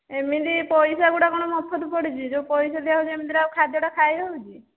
ଏମିତି ପଇସା ଗୁଡ଼ା କଣ ମଫତ ପଡ଼ିଛି ଯେଉଁ ପଇସା ଦିଆହେଉଛି ସେମିତିରେ ଆଉ ଖାଦ୍ୟଟା ଖାଇ ହେଉଛି